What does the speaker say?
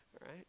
right